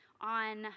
on